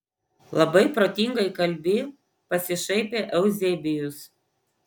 labai protingai kalbi pasišaipė euzebijus